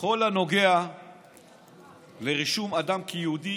בכל הנוגע לרישום אדם כיהודי,